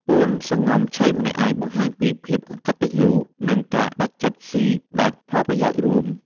«ពួនសំងំឆីម្នាក់ឯង» បង្ហាញពីភាពអកតញ្ញូ និងការដាច់ចិត្តស៊ីដាច់ផលប្រយោជន៍រួម។